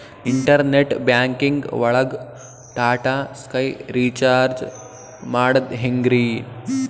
Internet banking ಒಳಗ್ Tata Sky recharge ಮಾಡದ್ ಹೆಂಗ್ರೀ?